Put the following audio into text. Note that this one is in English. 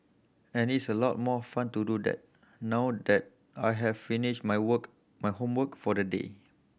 and it's a lot more fun to do that now that I have finished my work homework for the day